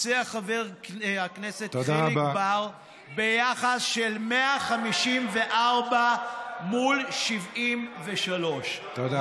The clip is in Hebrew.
ניצח חבר הכנסת חיליק בר ביחס של 154 מול 73. תודה.